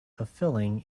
fulfilling